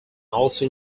also